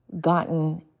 gotten